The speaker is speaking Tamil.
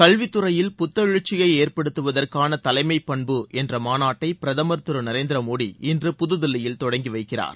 கல்வித்துறையில் புத்தெழுச்சியை ஏற்படுத்துவதற்கான தலைமைப் பண்பு என்ற மாநாட்டை பிரதமர் திரு நரேந்திர மோடி இன்று புதுதில்லியில் தொடங்கி வைக்கிறார்